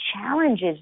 challenges